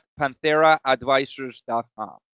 pantheraadvisors.com